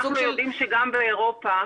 אנחנו יודעים שגם באירופה,